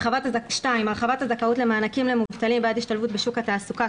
2. הרחבת הזכאות למענקים למובטלים בעד השתלבות בשוק התעסוקה,